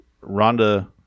Ronda